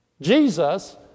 Jesus